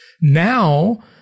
Now